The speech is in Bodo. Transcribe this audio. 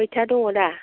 मैथा दङ दा